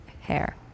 hair